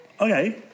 Okay